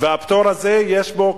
הפטור הזה, יש בו,